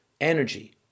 energy